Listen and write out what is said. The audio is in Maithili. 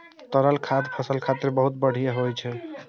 तरल खाद फसल खातिर बहुत बढ़िया होइ छै